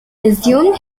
resumed